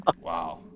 Wow